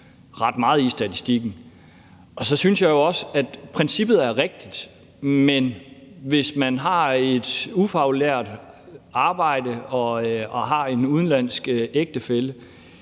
ret meget i statistikken. Så synes jeg jo også, at princippet er rigtigt, men hvis man har et ufaglært arbejde og har en udenlandsk ægtefælle,